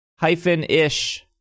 Hyphen-ish